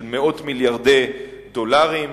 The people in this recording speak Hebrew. של מאות מיליארדי דולרים,